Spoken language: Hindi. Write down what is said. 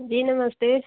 जी नमस्ते